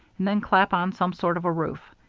and then clap on some sort of a roof.